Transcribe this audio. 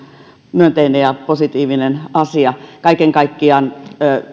myönteinen ja positiivinen asia kaiken kaikkiaan